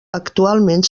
actualment